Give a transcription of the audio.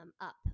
up